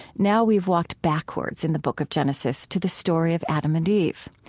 now we've walked backwards in the book of genesis, to the story of adam and eve.